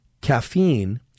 caffeine